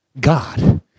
God